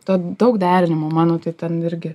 to daug derinimo mano tai ten irgi